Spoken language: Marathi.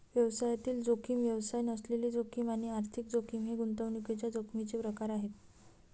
व्यवसायातील जोखीम, व्यवसाय नसलेली जोखीम आणि आर्थिक जोखीम हे गुंतवणुकीच्या जोखमीचे प्रकार आहेत